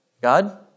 God